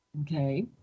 okay